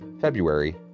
February